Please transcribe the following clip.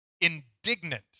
indignant